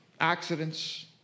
accidents